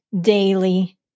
daily